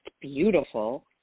beautiful